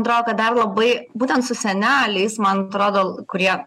atrodo kad dar labai būtent su seneliais man atrodo kurie